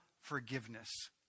forgiveness